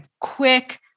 quick